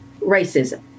racism